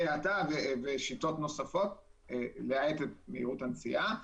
האטה ושיטות נוספות להאט את מהירות הנסיעה.